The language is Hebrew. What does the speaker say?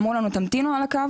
אמרו לנו תמתינו על הקו,